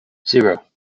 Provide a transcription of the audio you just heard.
zero